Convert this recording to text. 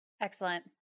Excellent